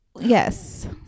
yes